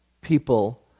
people